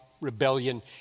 rebellion